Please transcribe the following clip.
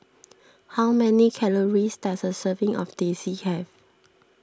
how many calories does a serving of Teh C have